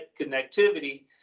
connectivity